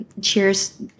cheers